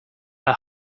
are